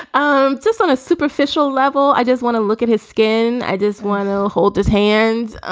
um just on a superficial level. i just want to look at his skin i just want to hold his hand.